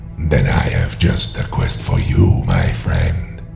then i have just the quest for you my friend!